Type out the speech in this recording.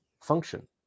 function